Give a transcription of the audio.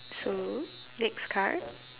so next card